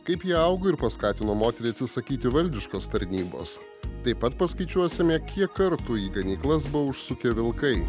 kaip ji augo ir paskatino moterį atsisakyti valdiškos tarnybos taip pat paskaičiuosime kiek kartų į ganyklas buvo užsukę vilkai